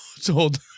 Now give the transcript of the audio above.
told